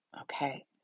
okay